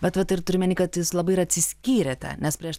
bet vat ir turiu omeny kad jūs labai ir atsiskyrėte nes prieš